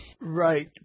Right